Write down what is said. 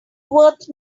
worth